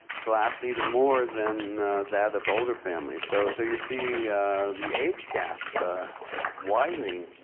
collapse even more than that of older families. so so you see the age gap widening